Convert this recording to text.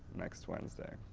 next wednesday,